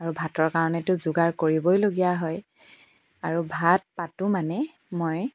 আৰু ভাতৰ কাৰণেতো যোগাৰ কৰিবইলগীয়া হয় আৰু ভাত পাতোঁ মানে মই